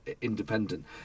independent